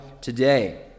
today